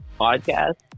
podcast